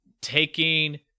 taking